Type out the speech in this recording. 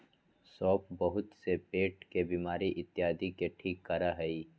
सौंफ बहुत से पेट के बीमारी इत्यादि के ठीक करा हई